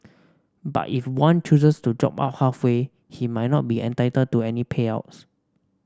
but if one chooses to drop out halfway he might not be entitled to any payouts